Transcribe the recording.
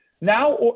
Now